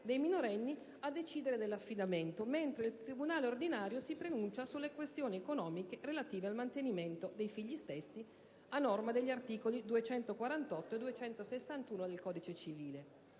dei minorenni a decidere dell'affidamento, mentre il tribunale ordinario si pronuncia sulle questioni economiche relative al mantenimento dei figli stessi (articoli 248 e 261 del codice civile).